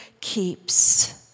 keeps